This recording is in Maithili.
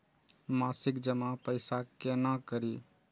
मासिक जमा पैसा केना करी?